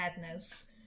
madness